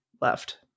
left